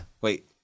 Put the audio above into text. Wait